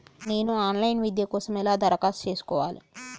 నేను online విద్య కోసం ఎలా దరఖాస్తు చేసుకోవాలి?